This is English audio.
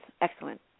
Excellent